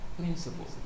principles